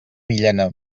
villena